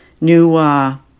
new